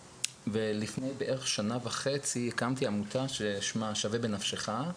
לפני בערך שנה וחצי הקמתי עמותה ששמה "שווה בנפשך",